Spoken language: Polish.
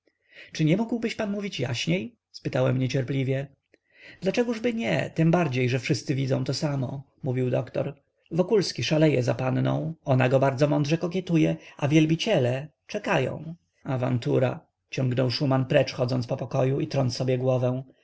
czy nie mógłbyś pan mówić jaśniej spytałem niecierpliwie dlaczegóżby nie tembardziej że wszyscy widzą to samo mówił doktor wokulski szaleje za panną ona go bardzo mądrze kokietuje a wielbiciele czekają awantura ciągnął szuman precz chodząc po pokoju i trąc sobie głowę